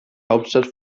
hauptstadt